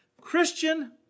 Christian